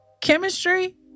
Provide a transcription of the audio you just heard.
Chemistry